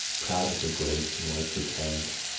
proud of her grace and wifely carriage.